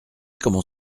comment